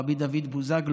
רבי דוד בוזגלו: